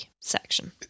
section